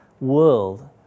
world